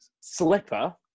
Slipper